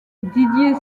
didier